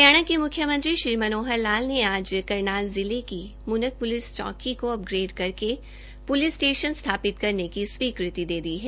हरियाणा के मुख्यमंत्री श्री मनोहर लाल ने आज करनाल जिला की मुनक पुलिस चौंकी को अपग्रेड करके पुलिस स्टेशन स्थापित करने की स्वीकृति दे दी है